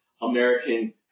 American